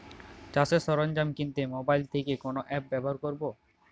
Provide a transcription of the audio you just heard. চাষের সরঞ্জাম কিনতে মোবাইল থেকে কোন অ্যাপ ব্যাবহার করব?